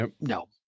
no